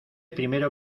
primero